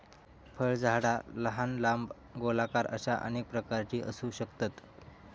फळझाडा लहान, लांब, गोलाकार अश्या अनेक प्रकारची असू शकतत